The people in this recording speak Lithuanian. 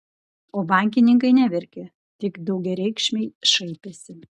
o bankininkai neverkė tik daugiareikšmiai šaipėsi